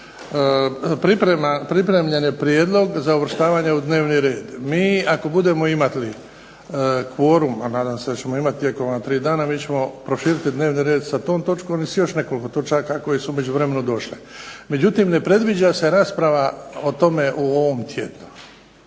pripremljen je prijedlog za uvrštavanje u dnevni red. MI ako budemo kvorum, a nadam se da ćemo imati tijekom ova tri dana, mi ćemo proširiti dnevni red sa tom točkom i još nekoliko točaka koje su u međuvremenu došle. Međutim, ne predviđa se rasprava o tome u ovom tjednu.